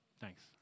Thanks